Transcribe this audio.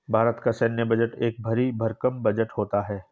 भारत का सैन्य बजट एक भरी भरकम बजट होता है